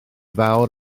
fawr